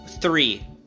Three